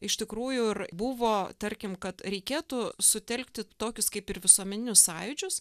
iš tikrųjų ir buvo tarkim kad reikėtų sutelkti tokius kaip ir visuomeninius sąjūdžius